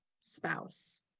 spouse